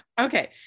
Okay